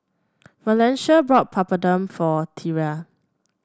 Valencia bought Papadum for Thyra